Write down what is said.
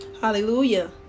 Hallelujah